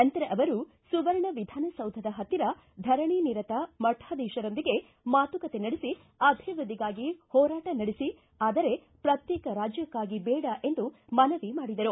ನಂತರ ಅವರು ಸುವರ್ಣ ವಿಧಾನಸೌಧದ ಪತ್ತಿರ ಧರಣಿ ನಿರತ ಮಠಾಧೀಶರೊಂದಿಗೆ ಮಾತುಕತೆ ನಡೆಸಿ ಅಭಿವೃದ್ಧಿಗಾಗಿ ಹೋರಾಟ ನಡೆಸಿ ಆದರೆ ಪ್ರತ್ಯೇಕ ರಾಜ್ಯಕ್ಕಾಗಿ ಬೇಡ ಎಂದು ಮನವಿ ಮಾಡಿದರು